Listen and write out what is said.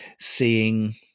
seeing